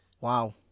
Wow